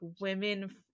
women